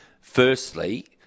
Firstly